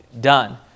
done